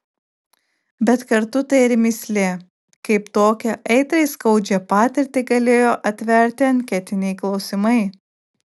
bet kartu tai ir mįslė kaip tokią aitriai skaudžią patirtį galėjo atverti anketiniai klausimai